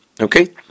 Okay